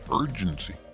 urgency